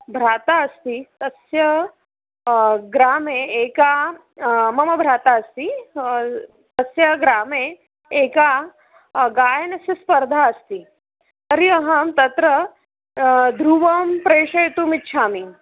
भ्राता अस्ति तस्य ग्रामे एका मम भ्राता अस्ति तस्य ग्रामे एका गायनस्य स्पर्धा अस्ति तर्हि अहं तत्र ध्रूवं प्रेषयितुमिच्छामि